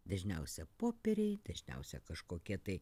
dažniausia popieriai dažniausia kažkokie tai